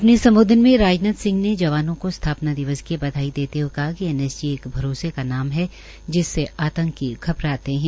अपने सम्बोधन में राजनाथ सिंह ने जवानों को स्थापना दिवस की बधाई हए कहा कि एनएसजी एक भरोसे का नाम है जिसमें आंतकी घबराते है